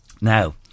now